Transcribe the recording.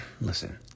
listen